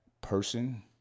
person